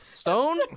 Stone